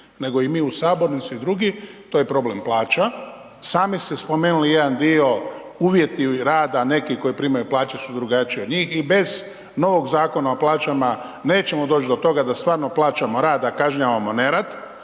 nego i mi u sabornici i drugi. To je problem plaća. Sami ste spomenuli jedan dio, uvjeti rada neki koji primaju plaće su drugačije od njih i bez novog Zakona o plaćama nećemo doći do toga da stvarno plaćamo rad, a kažnjavamo nerad,